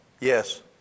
Yes